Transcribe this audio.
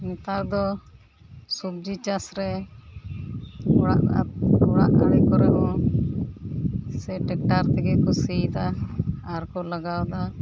ᱱᱮᱛᱟᱨᱫᱚ ᱥᱚᱵᱡᱤ ᱪᱟᱥᱨᱮ ᱥᱮ ᱴᱟᱠᱴᱟᱨ ᱛᱮᱜᱮ ᱠᱚ ᱥᱤᱭᱮᱫᱟ ᱟᱨ ᱠᱚ ᱞᱟᱜᱟᱣᱮᱫᱟ